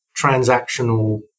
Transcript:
transactional